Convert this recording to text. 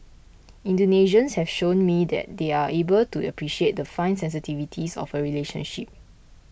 Indonesians have shown me that they are able to appreciate the fine sensitivities of a relationship